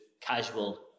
casual